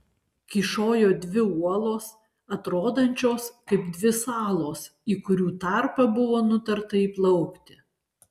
kyšojo dvi uolos atrodančios kaip dvi salos į kurių tarpą buvo nutarta įplaukti